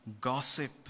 gossip